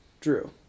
Drew